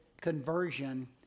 conversion